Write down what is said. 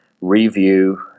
review